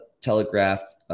telegraphed